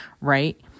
right